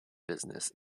business